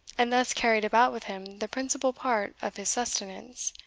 and thus carried about with him the principal part of his sustenance,